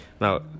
Now